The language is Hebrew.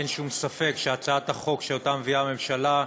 אין שום ספק שהצעת החוק שהממשלה מביאה,